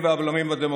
חוק-יסוד: